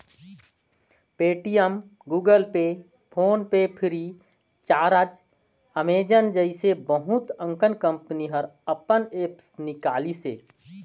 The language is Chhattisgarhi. Paytm, Google Pay, PhonePe Freecharge, Amazon जइसे बहुत अकन कंपनी हर अपन ऐप्स निकालिसे